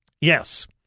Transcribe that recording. Yes